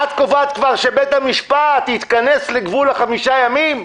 את קובעת כבר שבית המשפט יתכנס לגבול החמישה ימים?